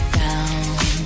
down